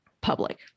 public